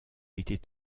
était